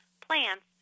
plants